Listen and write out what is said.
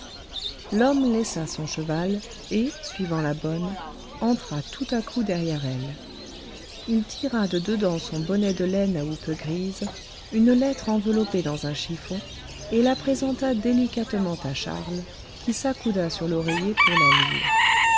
l'homme laissa son cheval et suivant la bonne entra tout à coup derrière elle il tira de dedans son bonnet de laine à houppes grises une lettre enveloppée dans un chiffon et la présenta délicatement à charles qui s'accouda sur l'oreiller pour la lire